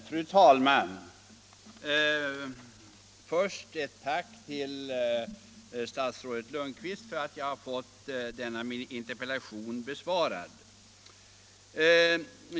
Fru talman! Först ett tack till statsrådet Lundkvist för att jag har fått denna min interpellation besvarad.